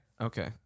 Okay